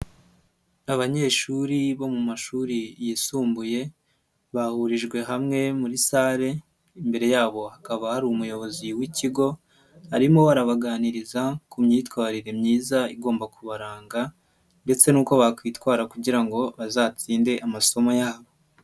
Abanyeshuri bo mu mashuri yisumbuye bahurijwe hamwe muri sale, imbere yabo hakaba hari umuyobozi w'ikigo arimo arabaganiriza ku myitwarire myiza igomba kubaranga ndetse n'uko bakwitwara kugira ngo bazatsinde amasomo yabo.